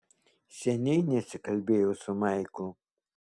seniai nesikalbėjau su maiklu